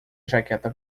jaqueta